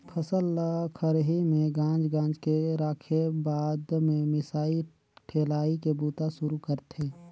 फसल ल खरही में गांज गांज के राखेब बाद में मिसाई ठेलाई के बूता सुरू करथे